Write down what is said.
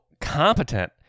competent